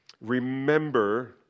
Remember